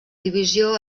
divisió